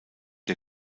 der